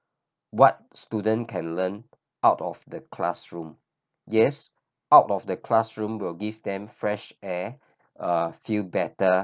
what students can learn out of the classroom yes out of the classroom will give them fresh air uh feel better